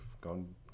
gone